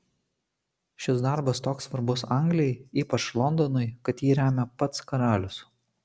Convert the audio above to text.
šis darbas toks svarbus anglijai ypač londonui kad jį remia pats karalius